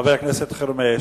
חבר הכנסת חרמש.